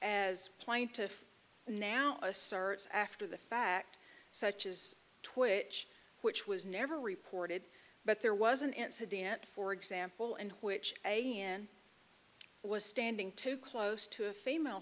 as plaintiff now asserts after the fact such is twitch which was never reported but there was an incident for example and which a in was standing too close to a f